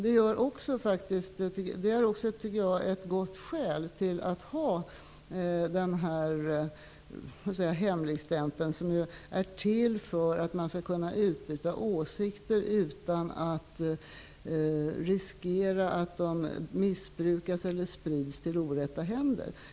Det tycker jag också är ett gott skäl till att ha kvar hemligstämpeln. Den är till för att man skall kunna utbyta åsikter utan att riskera att de missbrukas eller hamnar i orätta händer.